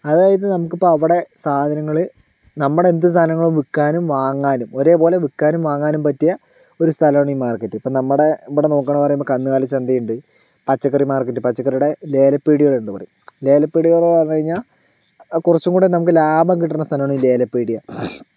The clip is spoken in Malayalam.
അതായത് നമ്മൾക്ക് ഇപ്പോൾ അവിടെ സാധനങ്ങൾ നമ്മുടെ എന്ത് സാധനങ്ങളും വിൽക്കാനും വാങ്ങാനും ഒരേ പോലെ വിൽക്കാനും വാങ്ങാനും പറ്റിയ ഒരു സ്ഥലമാണ് ഈ മാർക്കറ്റ് ഇപ്പോൾ നമ്മുടെ ഇവിടെ നോക്കുകയാണെന്ന് പറയുമ്പോൾ ഇവിടെ കന്നുകാലി ചന്ത ഉണ്ട് പച്ചക്കറി മാർക്കറ്റ് പച്ചക്കറികളുടെ ലേലപീടികകൾ എന്ന് പറയും ലേല പീടികകൾ എന്ന് പറഞ്ഞ് കഴിഞ്ഞാൽ കുറച്ചുകൂടി നമുക്ക് ലാഭം കിട്ടുന്ന സ്ഥലമാണ് ഈ ലേലം പീടിക